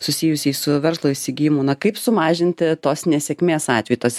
susijusiai su verslo įsigijimu na kaip sumažinti tos nesėkmės atveju tos